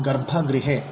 गर्भगृहे